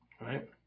right